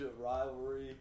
rivalry